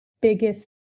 biggest